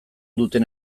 duten